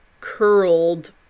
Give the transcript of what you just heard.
curled